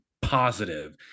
positive